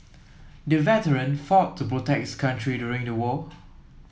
the veteran fought to protect his country during the war